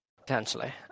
Potentially